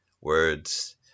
Words